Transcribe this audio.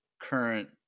current